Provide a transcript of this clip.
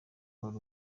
wari